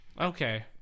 Okay